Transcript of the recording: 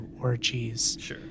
orgies